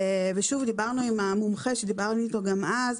ושוב דיברנו עם המומחה שדיברנו איתו גם אז.